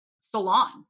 salon